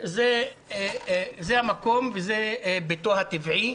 זה המקום וזה ביתו הטבעי,